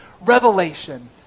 revelation